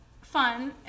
fun